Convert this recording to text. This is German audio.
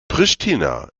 pristina